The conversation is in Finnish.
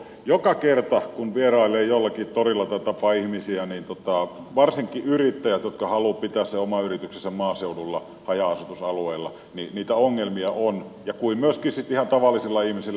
joka kerta kun vierailee jollakin torilla ja tapaa ihmisiä niin tulee esille että varsinkin yrittäjillä jotka haluavat pitää sen oman yrityksensä maaseudulla haja asutusalueella niitä ongelmia on kuin myöskin sitten ihan tavallisilla ihmisillä